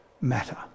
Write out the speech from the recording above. matter